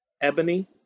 Ebony